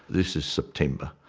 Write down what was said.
this is september,